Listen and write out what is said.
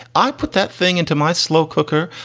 i put that thing into my slow cooker.